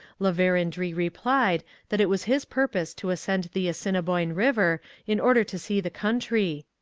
la verendrye replied that it was his purpose to ascend the assiniboine river in order to see the country.